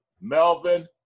Melvin